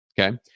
Okay